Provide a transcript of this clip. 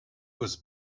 was